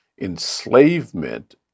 enslavement